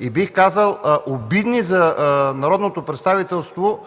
и, бих казал, обидни за народното представителство